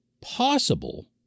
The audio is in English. possible